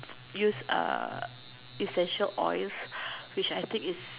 use uh essential oils which I think is